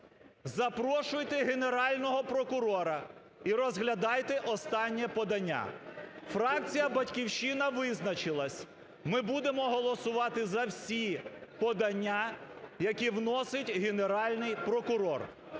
Запрошуйте Генерального прокурора і розглядайте останнє подання. Фракція "Батьківщина" визначилася. Ми будемо голосувати за всі подання, які вносить Генеральний прокурор.